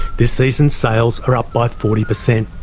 this season's sales are up by forty percent.